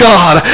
God